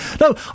no